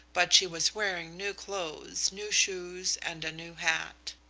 but she was wearing new clothes, new shoes, and a new hat.